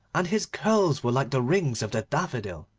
and his curls were like the rings of the daffodil.